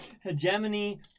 Hegemony